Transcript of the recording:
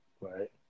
right